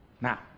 Now